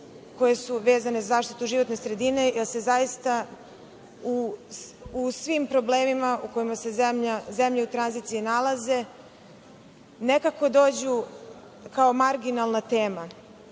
koje su vezane za zaštitu životne sredine, jer zaista u svim problemima u kojima se zemlje u tranziciji nalaze nekako dođu kao marginalna tema.